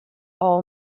all